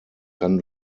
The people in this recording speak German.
kann